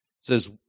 says